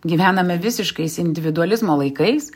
gyvename visiškais individualizmo laikais